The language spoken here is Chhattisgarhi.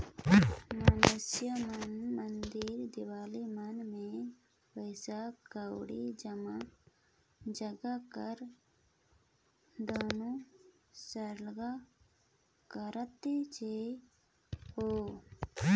मइनसे मन मंदिर देवाला मन में पइसा कउड़ी, जमीन जगहा कर दान सरलग करतेच अहें